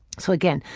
so again,